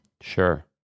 sure